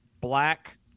black